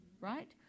right